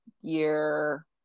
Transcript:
year